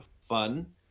fun